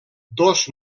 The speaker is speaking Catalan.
dos